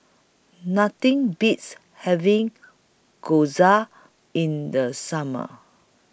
Nothing Beats having Gyoza in The Summer